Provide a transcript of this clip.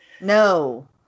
No